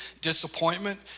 disappointment